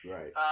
Right